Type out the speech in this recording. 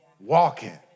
walking